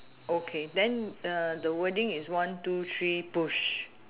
okay then uh the wording is one two three push